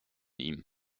ihm